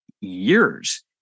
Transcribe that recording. years